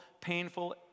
painful